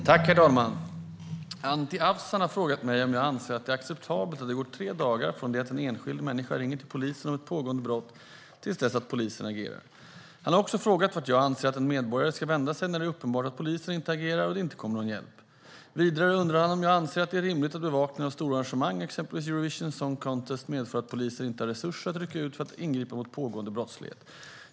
Herr talman! Anti Avsan har frågat mig om jag anser att det är acceptabelt att det går tre dagar från det att en enskild människa ringer till polisen om ett pågående brott till dess att polisen agerar. Han har också frågat vart jag anser att en medborgare ska vända sig när det är uppenbart att polisen inte agerar och det inte kommer någon hjälp. Vidare undrar han om jag anser att det är rimligt att bevakningen av stora arrangemang, exempelvis Eurovision Song Contest, medför att polisen inte har resurser att rycka ut för att ingripa mot pågående brottslighet.